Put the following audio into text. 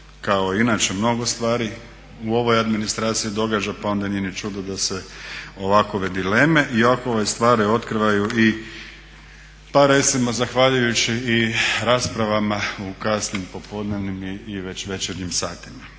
kao i inače mnogo stvari u u ovoj administraciji događa pa onda nije ni čudo da se ovakve dileme i ovakve stvari otkrivaju i pa recimo zahvaljujući i raspravama u kasnim popodnevnim i već večernjim satima.